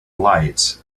light